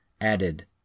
added